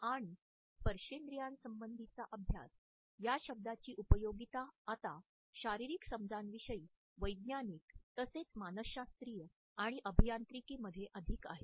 आणि स्पर्शेंद्रियासंबंधीचा अभ्यास या शब्दाची उपयोगिता आता शारीरिक समजांविषयी वैज्ञानिक तसेच मानसशास्त्रीय आणि अभियांत्रिकी मध्ये अधिक आहे